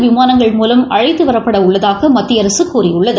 விமானங்கள் மூலம் அழைத்துவரப்பட உள்ளதாக மத்திய அரசு கூறியுள்ளது